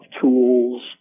tools